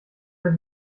der